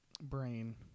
brain